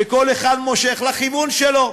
וכל אחד מושך לכיוון שלו,